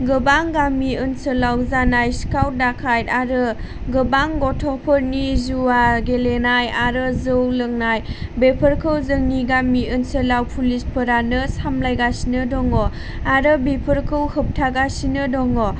गोबां गामि ओनसोलाव जानाय सिखाव दाखाय्ट आरो गोबां गथ'फोरनि जुवा गेलेनाय आरो जौ लोंनाय बेफोरखौ जोंनि गामि ओनसोलाव पुलिसफोरानो सामलायगासिनो दङ आरो बेफोरखौ होबथागासिनो दङ